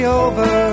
over